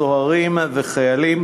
סוהרים וחיילים.